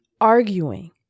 arguing